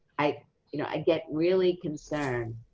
i you know i get really concerned,